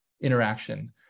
interaction